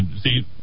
see